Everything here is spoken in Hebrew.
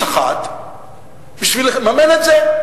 לקחו מכיס אחד בשביל לממן את זה.